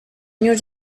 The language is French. new